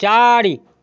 चारि